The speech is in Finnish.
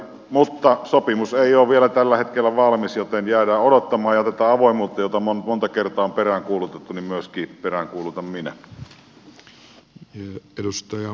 mutta sopimus ei ole vielä tällä hetkellä valmis joten jäädään odottamaan ja tätä avoimuutta jota monta kertaa on peräänkuulutettu minä myöskin peräänkuulutan